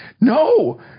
no